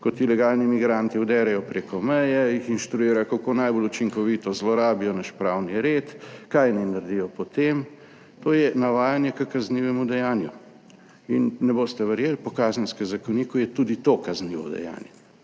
kot ilegalni migranti vderejo preko meje, jih inštruirajo, kako najbolj učinkovito zlorabijo naš pravni red, kaj naj naredijo potem. To je navajanje k kaznivemu dejanju in ne boste verjeli, po Kazenskem zakoniku je tudi to kaznivo dejanje,